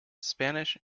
spanish